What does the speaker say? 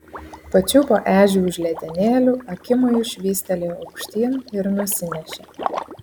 pačiupo ežį už letenėlių akimoju švystelėjo aukštyn ir nusinešė